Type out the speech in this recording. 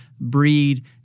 breed